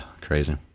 Crazy